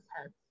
heads